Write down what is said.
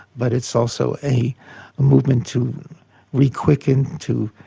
but it's also a movement to re-quicken, to